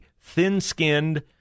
thin-skinned